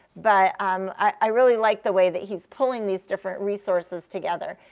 but um i really like the way that he's pulling these different resources together.